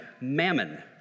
mammon